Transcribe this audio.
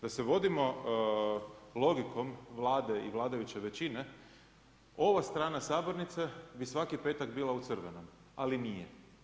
Da se vodimo logikom Vlade i vladajuće većine, ova strana sabornice bi svaki petak bila u crvenom, ali nije.